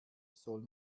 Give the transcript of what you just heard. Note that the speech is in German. soll